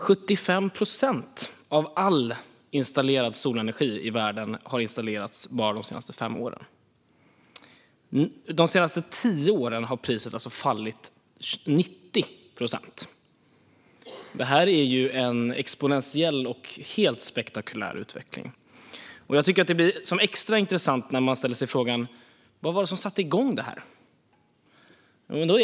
75 procent av all installerad solenergi i världen har installerats bara de senaste fem åren. De senaste tio åren har priset alltså fallit med 90 procent. Detta är en exponentiell och helt spektakulär utveckling. Jag tycker att det blir extra intressant när man ställer sig frågan: Vad var det som satte igång detta?